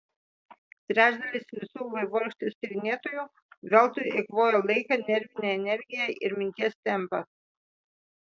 trečdalis visų vaivorykštės tyrinėtojų veltui eikvoja laiką nervinę energiją ir minties tempą